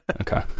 Okay